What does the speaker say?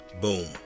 boom